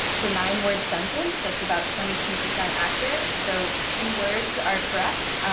it's a nine-word sentence that's about twenty two percent accurate, so two words are correct.